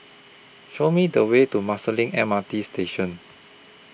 Show Me The Way to Marsiling M R T Station